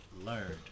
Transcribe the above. learned